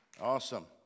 Awesome